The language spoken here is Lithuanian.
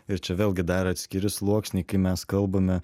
ir čia vėlgi dar atskiri sluoksniai kai mes kalbame